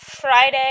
Friday